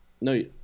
No